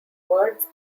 words